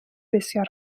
بسیار